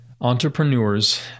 Entrepreneurs